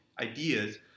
ideas